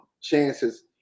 chances